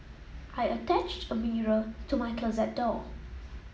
I attached a mirror to my closet door